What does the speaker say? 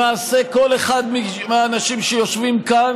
למעשה כל אחד מהאנשים שיושבים כאן,